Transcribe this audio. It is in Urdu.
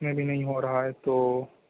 اس میں بھی نہیں ہو رہا ہے تو